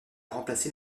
remplacé